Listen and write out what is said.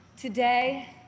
Today